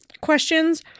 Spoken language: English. questions